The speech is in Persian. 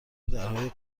درهای